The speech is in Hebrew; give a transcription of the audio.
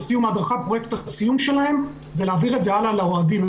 בסיום ההדרכה פרויקט הסיום שלהם זה להעביר את זה הלאה לאוהדים.